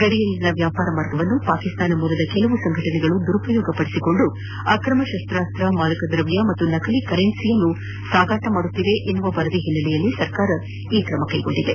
ಗಡಿಯಲ್ಲಿನ ವ್ಯಾಪಾರ ಮಾರ್ಗವನ್ನು ಪಾಕಿಸ್ತಾನ ಮೂಲದ ಕೆಲವು ಸಂಘಟನೆಗಳು ದುರ್ಬಳಕೆ ಮಾಡಿಕೊಂಡು ಅಕ್ರಮ ಶಸ್ತಾಸ್ತ ಮಾದಕ ದ್ರವ್ಯ ಮತ್ತು ನಕಲಿ ಕರೆನ್ಸಿಯನ್ನು ಸಾಗಿಸುತ್ತಿವೆ ಎಂಬ ವರದಿ ಹಿನ್ನೆಲೆಯಲ್ಲಿ ಸರ್ಕಾರ ಈ ಕ್ರಮ ಕೈಗೊಂಡಿದೆ